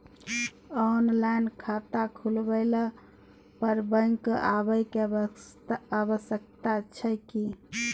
Online खाता खुलवैला पर बैंक आबै के आवश्यकता छै की?